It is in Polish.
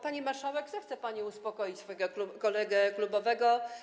Pani marszałek, zechce pani uspokoić swego kolegę klubowego.